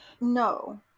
No